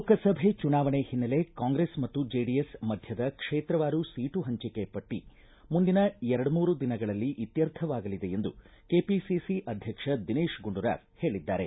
ಲೋಕಸಭೆ ಚುನಾವಣೆ ಹಿನ್ನೆಲೆ ಕಾಂಗ್ರೆಸ್ ಮತ್ತು ಜೆಡಿಎಸ್ ಮಧ್ಯದ ಕ್ಷೇತ್ರವಾರು ಸೀಟು ಹಂಚಿಕೆ ಪಟ್ಟ ಮುಂದಿನ ಎರಡ್ಕೂರು ದಿನಗಳಲ್ಲಿ ಇತ್ತರ್ಥವಾಗಲಿದೆ ಎಂದು ಕೆಪಿಸಿಸಿ ಅಧ್ಯಕ್ಷ ದಿನೇತ್ ಗುಂಡೂರಾವ್ ಹೇಳಿದ್ದಾರೆ